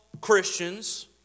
Christians